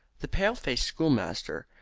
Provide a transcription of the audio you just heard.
the pale-faced schoolmaster,